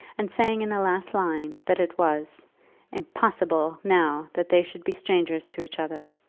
and saying in the last line, that it was impossible now that they should be strangers to each other.